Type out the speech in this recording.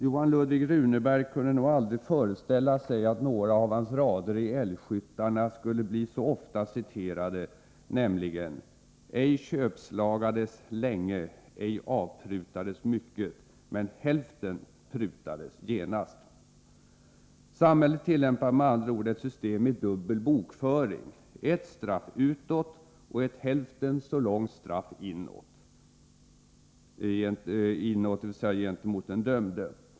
Johan Ludvig Runeberg kunde nog aldrig föreställa sig att några av hans rader i Älgskyttarna skulle bli så ofta citerade, nämligen Samhället tillämpar, med andra ord uttryckt, ett system med dubbel bokföring, ett straff utåt och ett hälften så långt straff inåt, dvs. gentemot den dömde.